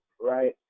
right